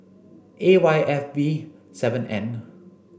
A Y F B seven N